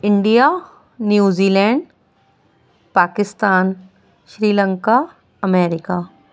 India New Zealand Pakistan Sri Lanka America